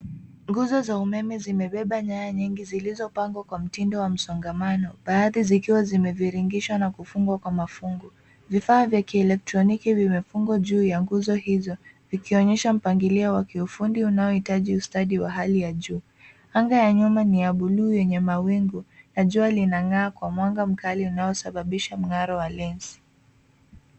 Guzo za umeme zimebeba nyaya nyingi zilizopagwa kwa mtindo wa msogamano baadhi zikiwa zimevirigishwa na kufugwa kwa mafugo. Vifaa vya kieletroniki vimefugwa juu ya guzo hizo vikionyesha mpagilio wa kiufundi unaohitaji ustadi wa hali ya juu. Anga ya nyuma ni ya [blue] yenye mawigu na juwa linagaa kwa mwaga mkali unaosababisha mgaro wa [lensi].